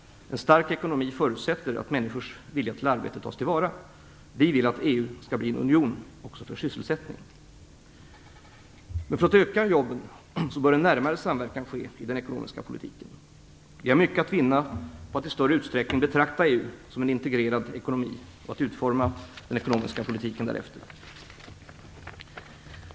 En stark ekonomi förutsätter att människors vilja till arbete tas till vara. Vi vill att EU skall bli en union för sysselsättning. För att öka sysselsättningen bör en närmare samverkan ske i den ekonomiska politiken. Vi har mycket att vinna på att i större utsträckning betrakta EU som en integrerad ekonomi och att utforma den ekonomiska politiken därefter.